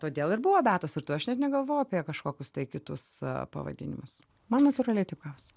todėl ir buvo beatos virtuvė aš net negalvojau apie kažkokius tai kitus pavadinimus man natūraliai taip gavos